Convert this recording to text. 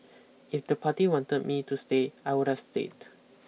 if the party wanted me to stay I would have stayed